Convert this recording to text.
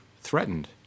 threatened